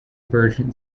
virgin